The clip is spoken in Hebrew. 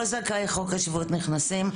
כל זכאי חוק השבות נכנסים,